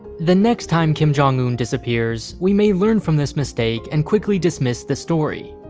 the next time kim jong-un disappears, we may learn from this mistake and quickly dismiss the story.